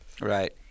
Right